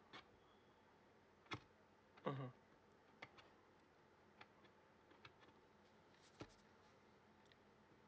mmhmm